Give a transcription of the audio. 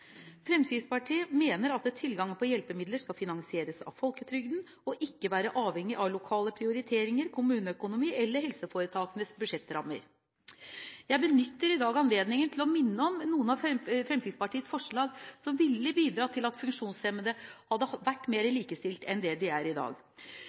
Fremskrittspartiet mener at tilgangen på hjelpemidler skal finansieres av folketrygden, og ikke være avhengig av lokale prioriteringer, kommuneøkonomi eller helseforetakenes budsjettrammer. Jeg benytter i dag anledningen til å minne om noen av Fremskrittspartiets forslag som ville bidratt til at funksjonshemmede hadde vært